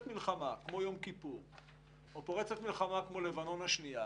מלחמה כמו יום כיפור או כמו לבנון השנייה,